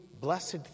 blessed